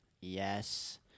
Yes